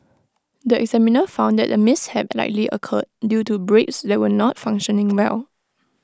the examiner found that the mishap likely occurred due to brakes that were not functioning well